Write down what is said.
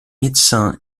médecin